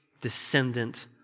descendant